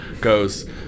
goes